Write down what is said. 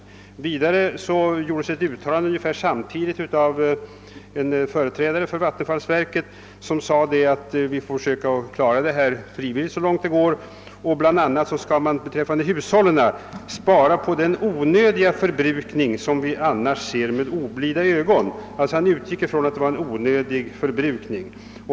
En annan anledning till min fråga var ett uttalande ungefär samtidigt av en företrädare för vattenfallsverket som sade att vi får försöka att så långt det går klara detta frivilligt; bl.a. skulle hushållen spara på onödig förbrukning som vi annars ser med oblida ögon. Han utgick alltså från att det förekom onödig förbrukning.